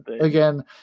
Again